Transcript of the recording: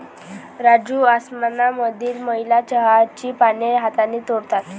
राजू आसाममधील महिला चहाची पाने हाताने तोडतात